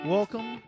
Welcome